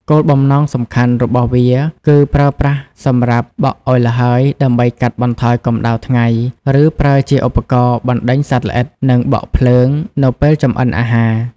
គោលបំណងសំខាន់របស់វាគឺប្រើប្រាស់សម្រាប់ បក់ឱ្យល្ហើយ ដើម្បីកាត់បន្ថយកម្ដៅថ្ងៃ ឬប្រើជាឧបករណ៍ បណ្ដេញសត្វល្អិត និង បក់ភ្លើង នៅពេលចម្អិនអាហារ។